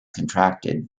contracted